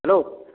hello